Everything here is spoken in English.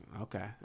Okay